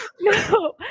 No